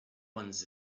ones